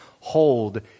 hold